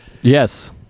Yes